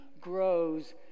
grows